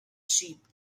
sheep